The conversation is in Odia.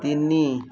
ତିନି